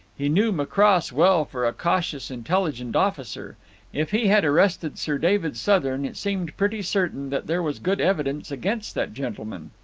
he knew macross well for a cautious, intelligent officer if he had arrested sir david southern it seemed pretty certain that there was good evidence against that gentleman.